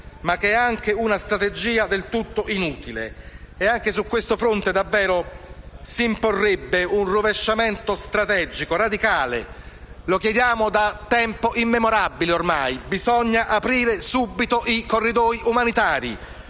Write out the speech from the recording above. ma anche del tutto inutile. E anche su questo fronte davvero si imporrebbe un rovesciamento strategico radicale. Lo chiediamo da tempo immemorabile ormai: bisogna aprire subito i corridoi umanitari.